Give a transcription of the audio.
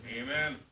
Amen